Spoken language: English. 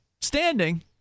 standing